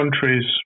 countries